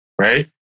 Right